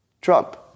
Trump